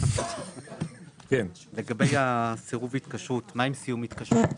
סיום התקשרות?